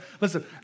Listen